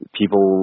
people